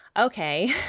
okay